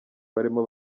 barimo